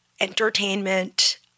entertainment